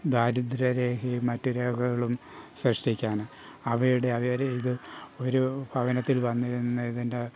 ദാരിദ്ര്യം രേഖകളും മറ്റു രേഖകളും സൃഷ്ടിക്കാൻ അവയുടെ അവർ ഇത് ഒരു ഭവനത്തിൽ വന്നു നിന്ന് ഇതിൻ്റെ